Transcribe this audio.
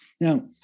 Now